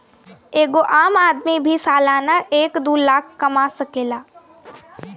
एगो आम आदमी भी सालाना एक दू लाख कमा सकेला